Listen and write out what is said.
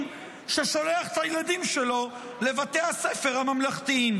ששולח את הילדים שלו לבתי הספר הממלכתיים.